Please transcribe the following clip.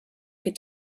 get